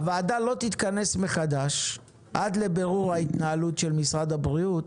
הוועדה לא תתכנס מחדש עד לבירור ההתנהלות של משרד הבריאות